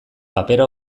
papera